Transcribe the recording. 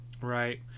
Right